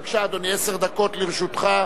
בבקשה, אדוני, עשר דקות לרשותך.